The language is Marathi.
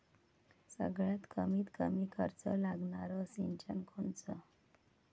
सगळ्यात कमीत कमी खर्च लागनारं सिंचन कोनचं?